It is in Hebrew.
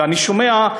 ואני שומע,